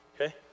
okay